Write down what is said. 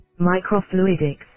microfluidics